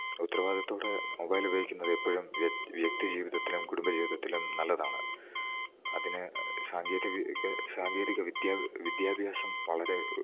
ഉത്തരവാദിത്തത്തോടെ മൊബൈൽ ഉപയോഗിക്കുന്നത് എപ്പോഴും വ്യക്തി ജീവിതത്തിനും കുടുംബ ജീവിതത്തിലും നല്ലതാണ് അതിന് സാങ്കേതിക സാങ്കേതിക വിദ്യാഭ്യാസം വളരെ